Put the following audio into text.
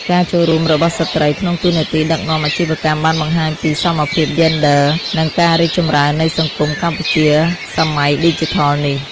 ការចូលរួមរបស់ស្ត្រីក្នុងតួនាទីដឹកនាំអាជីវកម្មបានបង្ហាញពីសមភាពយេនឌ័រ និងការរីកចម្រើននៃសង្គមកម្ពុជាសម័យឌីជីថលនេះ។